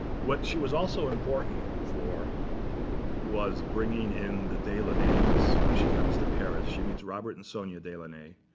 what she was also important for was bringing in the delaunays. when she comes to paris, she meets robert and sonia delaunay.